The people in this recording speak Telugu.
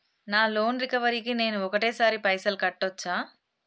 నా లోన్ రికవరీ కి నేను ఒకటేసరి పైసల్ కట్టొచ్చా?